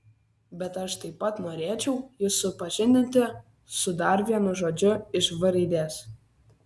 bet aš taip pat norėčiau jus supažindinti su dar vienu žodžiu iš v raidės